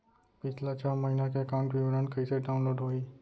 पिछला छः महीना के एकाउंट विवरण कइसे डाऊनलोड होही?